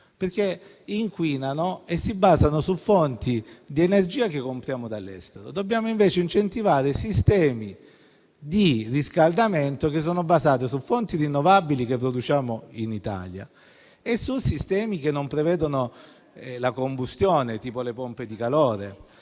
che inquinano e si basano su fonti di energia che compriamo dall'estero. Dobbiamo invece incentivare sistemi di riscaldamento basati su fonti rinnovabili che produciamo in Italia e su sistemi che non prevedono la combustione, tipo le pompe di calore.